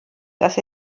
dass